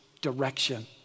direction